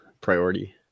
priority